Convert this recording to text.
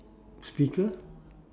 speaker